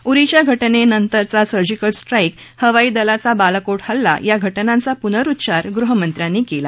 उरीच्या घटनेनंतर surgical strike हवाई दलाचा बालाकोट हल्ला या घटनांचा पुनरुच्चार गृहमंत्र्यांनी केला